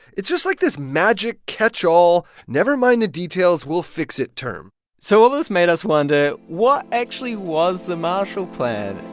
it's just, like, this magic catch-all, never-mind-the-details, we'll-fix-it term so all this made us wonder what actually was the marshall plan?